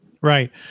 Right